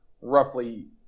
roughly